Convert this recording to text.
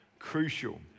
Crucial